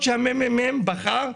במדינות ה-OECD, צריך לראות את הממוצע.